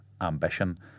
ambition